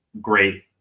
great